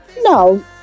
no